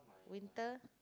winter